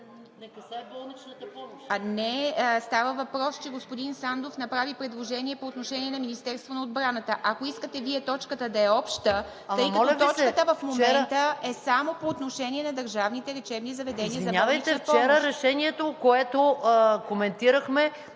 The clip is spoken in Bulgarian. не касае болничната помощ. ПРЕДСЕДАТЕЛ ИВА МИТЕВА: Не, става въпрос, че господин Сандов направи предложение по отношение на Министерството на отбраната. Ако искате Вие точката да е обща, тъй като точката в момента е само по отношение на държавните лечебни заведения за болнична помощ. МАЯ МАНОЛОВА: Извинявайте, вчера решението, което коментирахме